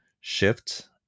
shift